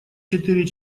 четыре